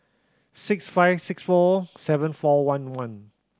six five six four seven four one one